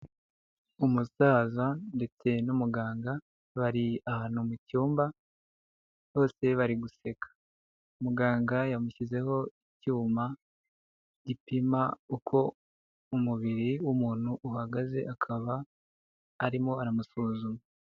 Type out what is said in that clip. Umusaza ndetse n'umuganga, bari ahantu mu cyumba, bose bari guseka, muganga yamushyizeho icyuma gipima uko umubiri w'umuntu uhagaze, akaba arimo aramusuzuma.